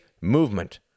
movement